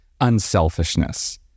unselfishness